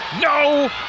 No